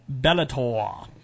Bellator